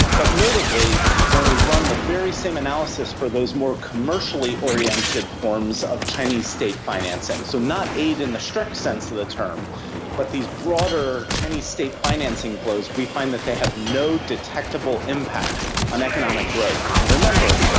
but notably when we run the very same analysis for those more commercially oriented forms of chinese state financing, so not aid in the strict sense of the term but these broader chinese state financing flows, we find that they have no detectable impact on economic growth. and remember,